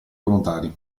volontari